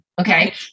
okay